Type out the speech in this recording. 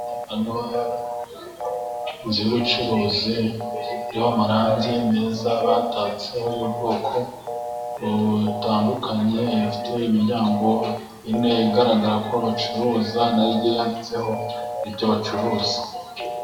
Hano, inzu y'ubucuruzi iriho amarangi meza batatseho ubwoko butandukanye, ifite imiryango ine igaragara ko bacuruza na yo igiye yanditseho ibyo bacuruza.